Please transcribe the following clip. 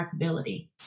markability